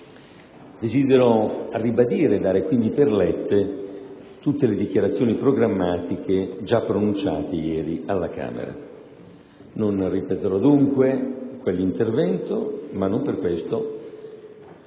desidero ribadire, e dare quindi per lette, tutte le dichiarazioni programmatiche già pronunciate ieri alla Camera. Non ripeterò dunque quell'intervento, ma non per questo